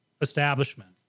establishment